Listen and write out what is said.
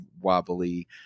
wobbly